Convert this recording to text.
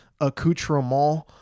accoutrement